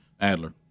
Adler